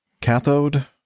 cathode